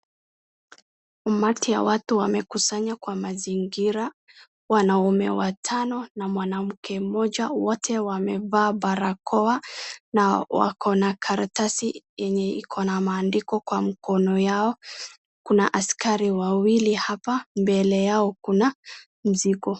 Umati ya watu wamekusanya kwa mazingira. Wanaume watano na mwanamke mmoja wote wamevaa barakoa na wako na karatasi yenye iko na maandiko kwa mkono yao. Kuna askari wawili hapa mbele yao kuna mzigo.